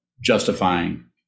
justifying